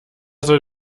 soll